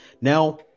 Now